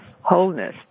wholeness